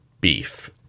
beef